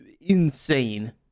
insane